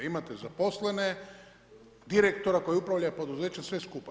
Imate zaposlene, direktora koji upravlja poduzećem, sve skupa.